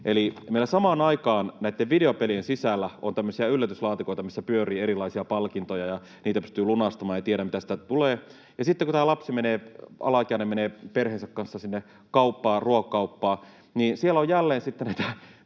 Eli meillä samaan aikaan näitten videopelien sisällä on tämmöisiä yllätyslaatikoita, missä pyörii erilaisia palkintoja, ja niitä pystyy lunastamaan — ei tiedä, mitä sieltä tulee — ja sitten kun tämä alaikäinen lapsi menee perheensä kanssa sinne kauppaan, ruokakauppaan, siellä on jälleen sitten näitä